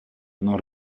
non